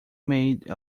made